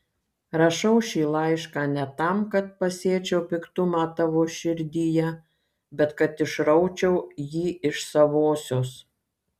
rašau šį laišką ne tam kad pasėčiau piktumą tavo širdyje bet kad išraučiau jį iš savosios